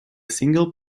single